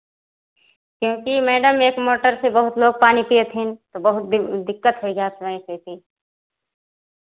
क्योंकि मैडम एक मोटर से बहुत लोग पानी पियत हिन तो बहुत दिक्कत होइ जात रहा ऐसी ऐसी